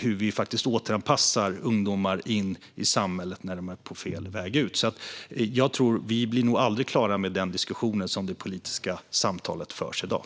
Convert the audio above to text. hur vi faktiskt återpassar ungdomar in i samhället när de är på fel väg och på väg ut. Vi blir nog aldrig klara med den diskussionen, tror jag, så som det politiska samtalet förs i dag.